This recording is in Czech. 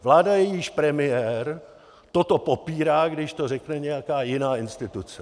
Vláda, jejíž premiér toto popírá, když to řekne nějaká jiná instituce.